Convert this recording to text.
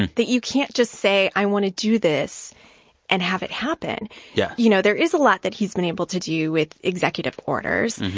and that you can't just say i want to do this and have it happen yeah you know, there is a lot that he's been able to do with executive orders,